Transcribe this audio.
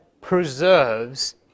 preserves